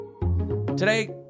Today